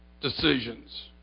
decisions